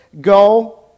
go